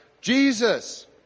Jesus